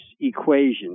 equation